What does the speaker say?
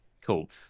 Cool